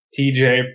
TJ